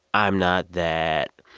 i'm not that.